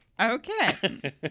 Okay